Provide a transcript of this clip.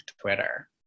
Twitter